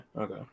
Okay